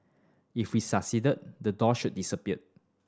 if we succeed the doors should disappear